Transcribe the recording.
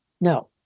No